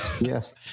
Yes